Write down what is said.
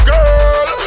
Girl